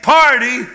party